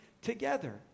Together